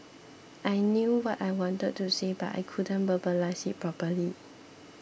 I knew what I wanted to say but I couldn't verbalise it properly